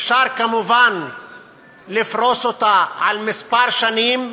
אפשר כמובן לפרוס אותה על כמה שנים,